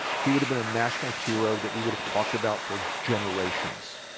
he would have been a national hero that we would have talked about for generations